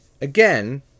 again